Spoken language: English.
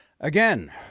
Again